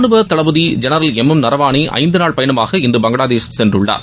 ரானுவ தலைமை தளபதி ஜெனரல் எம் எம் நரவாணே ஐந்து நாள் பயணமாக இன்று பங்ளாதேஷ் சென்றுள்ளார்